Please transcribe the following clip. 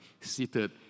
seated